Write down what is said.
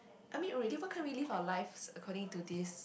I mean why can't we live our lives according to this